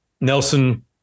Nelson